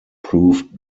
proved